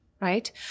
right